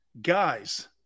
guys